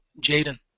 Jaden